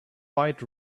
might